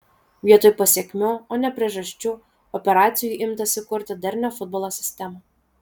vietoj pasekmių o ne priežasčių operacijų imtasi kurti darnią futbolo sistemą